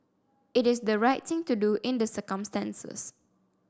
it is the right thing to do in the circumstances